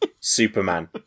Superman